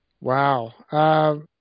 wow